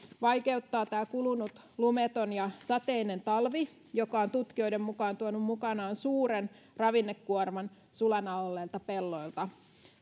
vaikeuttaa tämä kulunut lumeton ja sateinen talvi joka on tutkijoiden mukaan tuonut mukanaan suuren ravinnekuorman sulana olleilta pelloilta